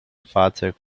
fahrzeug